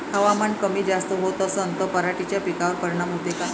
हवामान कमी जास्त होत असन त पराटीच्या पिकावर परिनाम होते का?